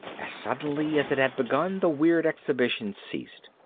as suddenly as it had begun the weird exhibition ceased.